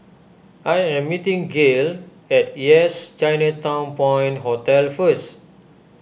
I am meeting Gale at Yes Chinatown Point Hotel first